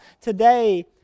today